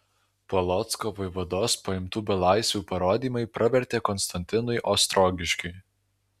polocko vaivados paimtų belaisvių parodymai pravertė konstantinui ostrogiškiui